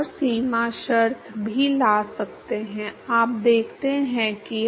तो यह स्थानीय घर्षण गुणांक है लेकिन मुझे जो अधिक दिलचस्पी है वह औसत घर्षण गुणांक है